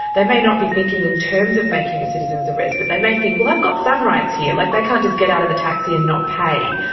they may not be thinking in terms of making a citizen's arrest but they may think, well, i've got some rights here. like they can't just get out of the taxi and not pay.